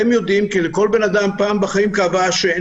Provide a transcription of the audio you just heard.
לכל בן אדם כאבה השן פעם